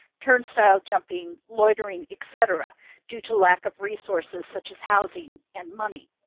turnstile jumping, loitering, et cetera due to lack of resources such as housing and money.